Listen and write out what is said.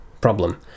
problem